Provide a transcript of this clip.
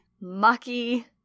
mucky